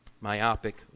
myopic